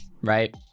right